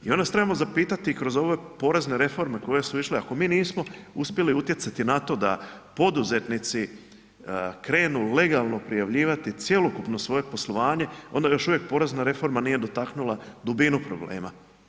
I onda se trebamo zapitati i kroz ove porezne reforme koje su išle, ako mi nismo uspjeli utjecati na to da poduzetnici krenu legalno prijavljivati cjelokupno svoje poslovanje, onda još uvijek porezna reforma nije dotaknula dubinu problema.